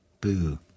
Boo